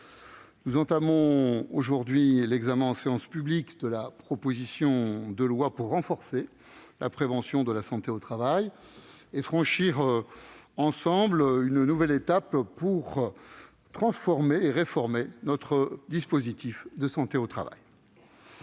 nous entamons aujourd'hui l'examen en séance publique de la proposition de loi pour renforcer la prévention en santé au travail, afin de franchir, ensemble, une nouvelle étape dans la transformation et la réforme de notre dispositif de santé au travail.